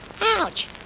Ouch